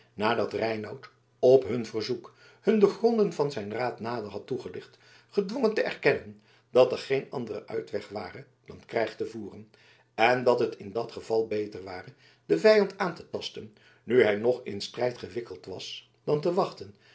nadat reinout op hun verzoek hun de gronden van zijn raad nader had toegelicht gedwongen te erkennen dat er geen andere uitweg ware dan krijg te voeren en dat het in dat geval beter ware den vijand aan te tasten nu hij nog in strijd gewikkeld was dan te wachten